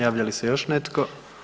Javlja li se još netko?